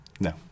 No